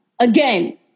Again